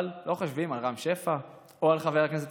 אבל לא חושבים על רם שפע או על חבר הכנסת